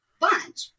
bunch